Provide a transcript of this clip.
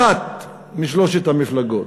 אחת משלוש המפלגות,